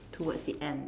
towards the end